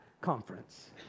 conference